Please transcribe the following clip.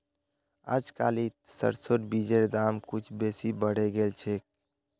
अजकालित सरसोर बीजेर दाम कुछू बेसी बढ़े गेल छेक